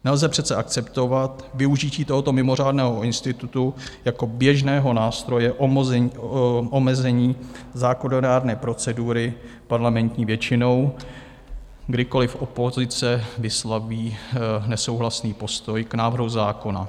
Nelze přece akceptovat využití tohoto mimořádného institutu jako běžného nástroje omezení zákonodárné procedury parlamentní většinou, kdykoliv opozice vysloví nesouhlasný postoj k návrhu zákona.